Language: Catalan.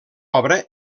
obra